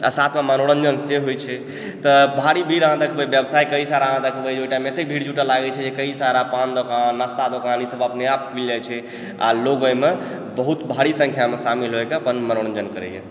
आओर साथमे मनोरञ्जन से होइत छै तऽ भारी भीड़ अहाँ देखबै व्यवसाय कई सारा अहाँ देखबै एतेक सारा भीड़ जुटऽ लागै छै जे कई सारा पान दोकान नाश्ता दोकान ई सब अपने आप खुलि जाइत छै आओर लोग अहिमे बहुत भाड़ी संख्यामे शामिल होए कऽ अपन मनोरञ्जन करैए